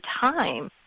time